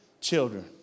children